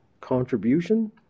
contribution